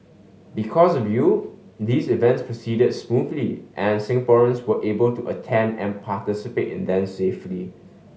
because of you these events proceeded smoothly and Singaporeans were able to attend and participate in them safely